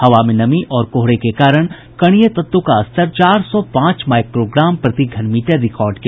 हवा में नमी और कोहरे के कारण कणीय तत्व का स्तर चार सौ पांच माइक्रोग्राम प्रति घन मीटर रिकार्ड किया